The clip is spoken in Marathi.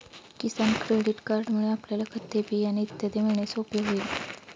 किसान क्रेडिट कार्डमुळे आपल्याला खते, बियाणे इत्यादी मिळणे सोपे होईल